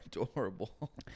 adorable